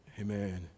Amen